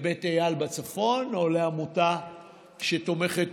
לבית איל בצפון או לעמותה שתומכת